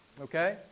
Okay